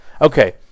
Okay